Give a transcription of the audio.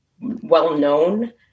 well-known